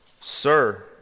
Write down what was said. Sir